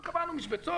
וקבענו משבצות.